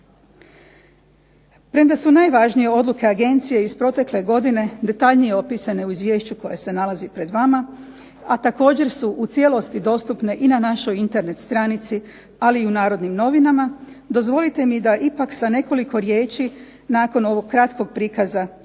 Premda su najvažnije odluke agencije iz protekle godine detaljnije opisane u izvješću koje nalazi pred vama, a također su u cijelosti dostupne i na našoj Internet stranici, ali u Narodnim novinama dozvolite mi da ipak sa nekoliko riječi nakon ovog kratkog prikaza što